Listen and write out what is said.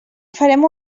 farem